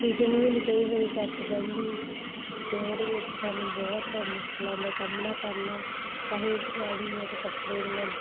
fitting ਵੀ ਨਹੀਂ ਕਈ ਵਾਰ ਸੈੱਟ ਬਹਿੰਦੀ ਅਤੇ ਉਹਦੇ ਵਿੱਚ ਸਾਨੂੰ ਬਹੁਤ ਮੁਸ਼ਕਿਲਾਂ ਦਾ ਸਾਹਮਣਾ ਕਰਨਾ ਚਾਹੇ ਰੈਡੀਮੇਡ ਕੱਪੜੇ ਦੀਆਂ